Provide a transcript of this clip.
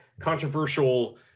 controversial